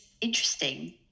interesting